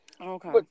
Okay